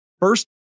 First